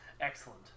excellent